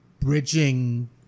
bridging